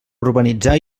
urbanitzar